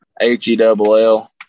H-E-double-L